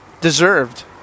deserved